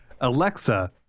Alexa